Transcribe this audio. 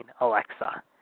Alexa